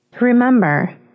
Remember